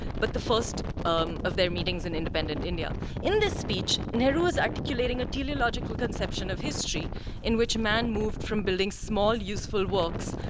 but the first um of their meetings in independent india. in this speech, nehru's articulating a teleological conception of history in which man moved from building small, useful works,